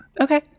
Okay